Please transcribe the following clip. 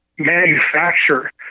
manufacture